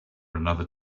another